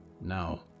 Now